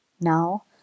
Now